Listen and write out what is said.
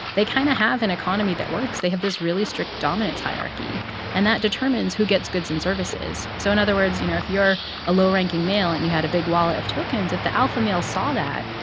they kind of have an economy that works. they have this really strict dominance hierarchy and that determines who gets goods and services so in other words, you know, if you're a low-ranking male and you had a big wallet of tokens, if the alpha male saw that,